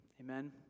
Amen